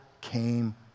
came